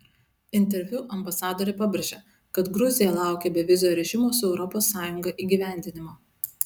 interviu ambasadorė pabrėžė kad gruzija laukia bevizio režimo su europos sąjunga įgyvendinimo